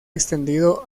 extendido